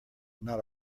not